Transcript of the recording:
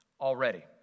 already